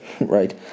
right